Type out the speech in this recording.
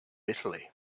italy